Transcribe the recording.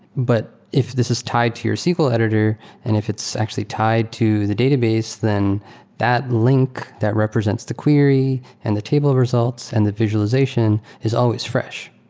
but if this is tied to your sql editor and if it's actually tied to the database, then that link that represents the query and the table results and the visualization is always fresh.